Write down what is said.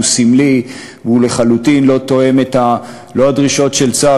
שהוא סמלי והוא לחלוטין לא תואם לא את הדרישות של צה"ל,